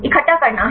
इकट्ठा करना है